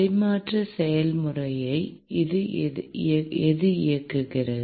பரிமாற்ற செயல்முறையை எது இயக்குகிறது